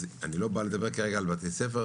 אז אני לא בא לדבר כרגע על בתי ספר,